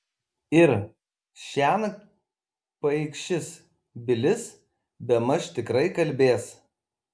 ir šiąnakt paikšis bilis bemaž tikrai kalbės